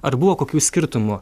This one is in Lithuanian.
ar buvo kokių skirtumų